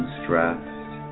stressed